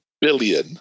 billion